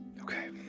Okay